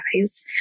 guys